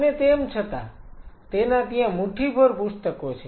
અને તેમછતાં તેના ત્યાં મુઠ્ઠીભર પુસ્તકો છે